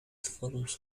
forms